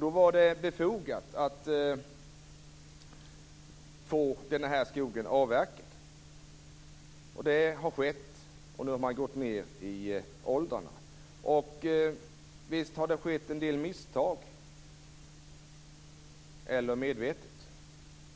Då var det befogat att få den typen av skog avverkad. Det har skett, och nu har man gått ned i åldrarna. Visst har det skett en del misstag, eller så har det skett medvetet.